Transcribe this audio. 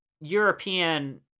European